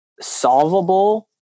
solvable